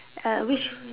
err which